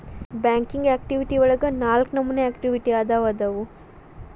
banking activity ಒಳಗ ನಾಲ್ಕ ನಮೋನಿ ಆಕ್ಟಿವಿಟಿ ಅದಾವು ಅದಾವು